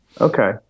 Okay